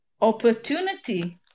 opportunity